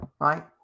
right